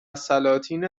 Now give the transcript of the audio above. سلاطین